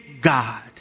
God